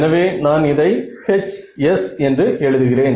எனவே நான் இதை Hs என்று எழுதுகிறேன்